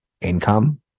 income